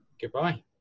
goodbye